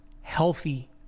healthy